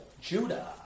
Judah